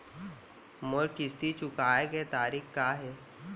मोर किस्ती चुकोय के तारीक का हे?